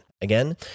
Again